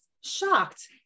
shocked